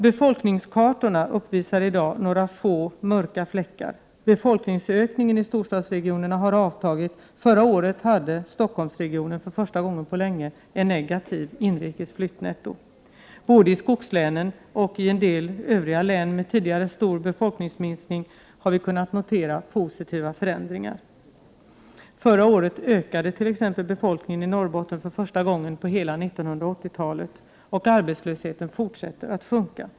Befolkningskartorna uppvisar i dag några få mörka fläckar. Befolkningsökningen i storstadsregionerna har avtagit. Förra året hade Stockholmsregionen för första gången på länge ett negativt inrikes flyttningsnetto. Både i skogslänen och en del övriga län med tidigare stor befolkningsminskning har vi kunnat notera positiva förändringar. Förra året ökade t.ex. befolkningen i Norrbotten för första gången på hela 1980-talet, och arbetslösheten fortsätter att sjunka.